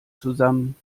zusammen